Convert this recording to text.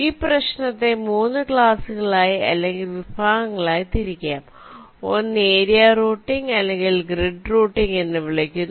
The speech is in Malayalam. ഈ പ്രശ്നത്തെ 3 ക്ലാസുകളായി അല്ലെങ്കിൽ വിഭാഗങ്ങളായി തിരിക്കാം ഒന്ന് ഏരിയ റൂട്ടിംഗ് അല്ലെങ്കിൽ ഗ്രിഡ് റൂട്ടിംഗ് എന്ന് വിളിക്കുന്നു